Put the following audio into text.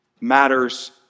matters